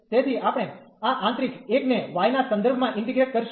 તેથી આપણે આ આંતરિક એક ને y ના સંદર્ભમાં ઇન્ટીગ્રેટ કરીશું